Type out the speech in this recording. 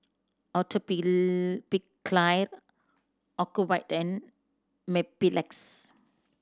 Ocuvite and Mepilex